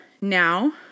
now